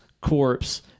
corpse